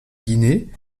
guinée